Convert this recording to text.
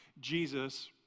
Jesus